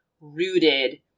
rooted